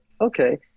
okay